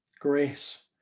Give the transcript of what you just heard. Grace